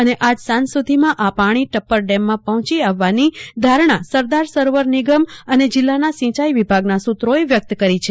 અને આજે સાંજ સુધીમાં આ પાછી ટપ્પર ડેમમાં પહોચી આવવાની ધારણા સરદાર સરોવર નિગમ અને જિલ્લાના સિંચાઈ વિભાગના સુત્રોએ વ્યકત કરી છે